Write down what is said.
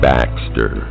Baxter